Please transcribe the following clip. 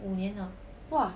!wah!